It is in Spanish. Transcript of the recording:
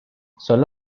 sólo